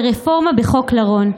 רפורמה בחוק לרון,